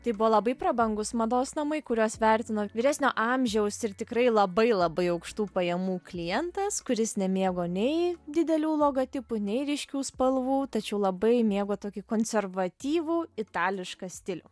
tai buvo labai prabangūs mados namai kuriuos vertino vyresnio amžiaus ir tikrai labai labai aukštų pajamų klientas kuris nemėgo nei didelių logotipų nei ryškių spalvų tačiau labai mėgo tokį konservatyvų itališką stilių